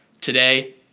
today